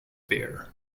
bare